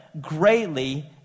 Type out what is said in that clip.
greatly